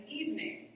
evening